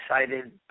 excited